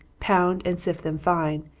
pound and sift them fine,